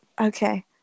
Okay